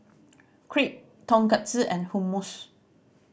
Crepe Tonkatsu and Hummus